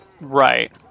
Right